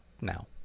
now